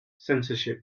censorship